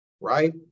right